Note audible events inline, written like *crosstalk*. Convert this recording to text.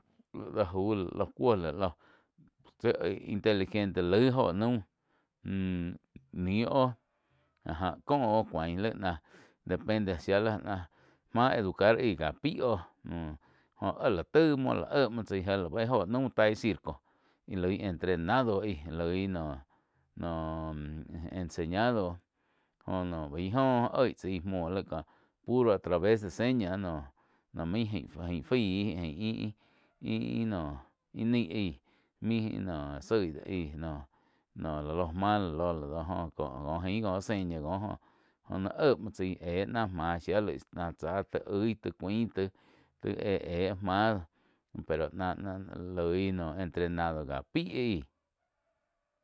Laih lo jauh, lai lóh cuó, lai lóh tsi inteligente laig óho naum *hesitation* nih óh áh já ko oh cuáin laig náh depende shía náh ma educar aí káh pai oh joh áh la taig muo láh éh muo tsai jé la ba jou naum tai circo íh loi entrenado aí loi noh-noh enseñado joh no baih joh oig tsaí muoh pero a taves de señas noh la muo ain. Ain faí ih-ih noh naíh aí main zaig ih do aí noh la loh máh láh lo lá do joh ain có seña oh naih éh muo tsái éh náh máh shía laig náh tsá ti oig ti cuain ti éh-éh mah pero náh-náh loih entrenado ká paih aí.